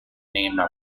named